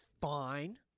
fine